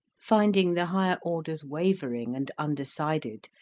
finding the higher orders wavering and undecided,